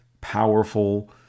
powerful